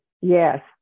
Yes